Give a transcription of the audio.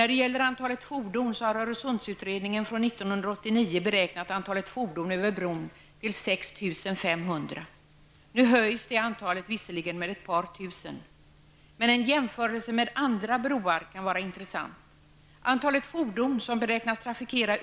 Öresundsutredningen från 1989 har beräknat antalet fordon över bron till 6 500. Nu höjs antalet visserligen med ett par tusen, men en jämförelse med andra broar kan ändå vara intressant.